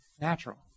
natural